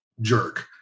jerk